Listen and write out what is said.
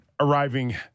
arriving